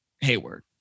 Hayward